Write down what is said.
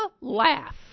laugh